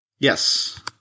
Yes